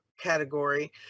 category